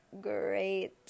great